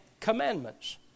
commandments